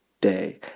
day